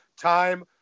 time